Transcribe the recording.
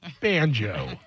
Banjo